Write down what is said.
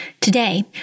Today